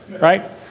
right